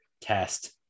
test